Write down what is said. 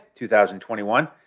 2021